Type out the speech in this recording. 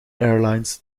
airlines